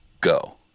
Go